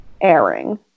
airing